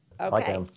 okay